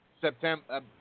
September